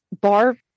bar